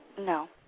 No